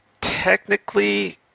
technically